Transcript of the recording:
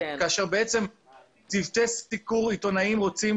כאשר בעצם צוותי סיקור עיתונאיים רוצים